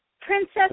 Princess